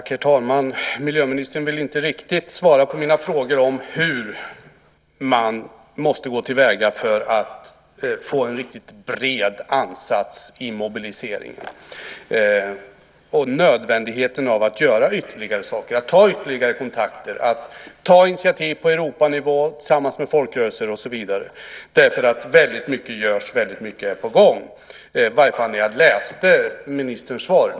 Herr talman! Miljöministern vill inte riktigt svara på mina frågor om hur man måste gå till väga för att få en riktigt bred ansats i mobiliseringen. Det gäller också nödvändigheten att göra ytterligare saker, att ta ytterligare kontakter, att ta initiativ på Europanivå tillsammans med folkrörelser och så vidare därför att väldigt mycket görs, och väldigt mycket är på gång. I varje fall framgick det när jag läste ministerns svar.